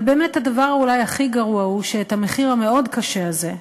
אבל הדבר אולי הכי גרוע הוא שאת המחיר המאוד-קשה הזה,